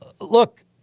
look